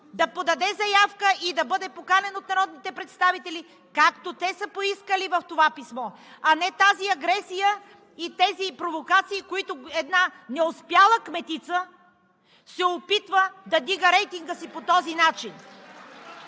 да подаде заявка и да бъде поканен от народните представители, както те са поискали в това писмо, а не тази агресия и тези провокации, с които една неуспяла кметица се опитва да вдига рейтинга си! (Ръкопляскания